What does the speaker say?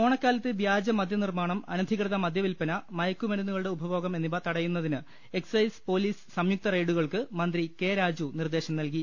ഓണക്കാലത്ത് വ്യാജമദ്യ നിർമാണം അനധികൃത മദ്യ വില്പന മയക്കുമരുന്നുകളൂടെ ഉപഭോഗം എന്നിവ തടയുന്നതിന് എക് സൈസ് പോലീസ് സംയുക്ത റെയ്ഡുകൾക്ക് മന്ത്രി കെ രാജു നിർദേശം നൽകി